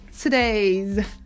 Today's